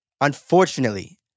Unfortunately